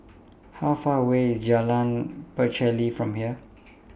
How Far away IS Jalan Pacheli from here